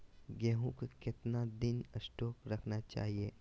गेंहू को कितना दिन स्टोक रखना चाइए?